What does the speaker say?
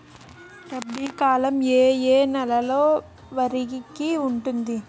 రబీ కాలం ఏ ఏ నెల వరికి ఉంటుంది?